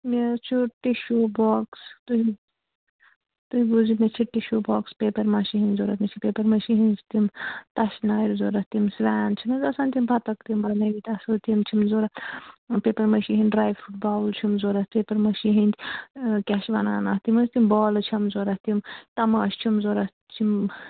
مےٚ حظ چھُ ٹِشوٗ بۄکٕس تُہۍ تُہۍ بوٗزِو مےٚ چھِ ٹِشوٗ بۄکٕس پیٚپَر ماشی ہِنٛدۍ ضوٚرَتھ مےٚ چھِ پیٚپَر ماشی ہِنٛز تِم تَشنارِ ضوٚرَتھ تِم سُوین چھِ نہٕ حظ آسان تِم بتَکھ تِم نٲوِتھ اَصٕل تِم چھِ مےٚ ضوٚرَتھ پیٚپَر مٲشی ہِنٛدۍ ڈرٛے فرٛوٗٹ باول چھِم ضوٚرَتھ پیٚپَر مٲشی ہِنٛدۍ کیٛاہ چھِ وَنان اَتھ تِم حظ تِم بالہٕ چھَم ضوٚرَتھ تِم تَماشہٕ چھِم ضوٚرَتھ چھِم